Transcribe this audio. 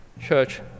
Church